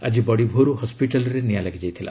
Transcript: ଆଜି ବଡ଼ିଭୋରୁ ହସ୍କିଟାଲରେ ନିଆଁ ଲାଗିଯାଇଥିଲା